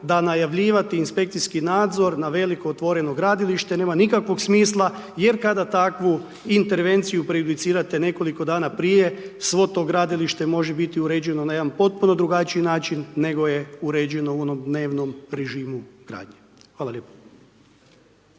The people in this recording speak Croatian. da najavljivati inspekcijski nadzor na veliko otvoreno gradilište nema nikakvog smisla jer kada takvu intervenciju prejudicirate nekoliko dana prije, svo to gradilište može biti uređeno na jedan potpuno drugačiji način, nego je uređeno u onom dnevnom režimu gradnje. Hvala lijepo.